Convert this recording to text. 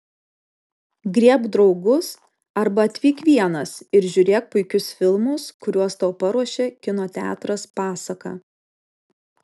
griebk draugus arba atvyk vienas ir žiūrėk puikius filmus kuriuos tau paruošė kino teatras pasaka